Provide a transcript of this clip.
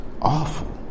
awful